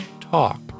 talk